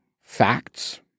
facts